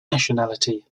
nationality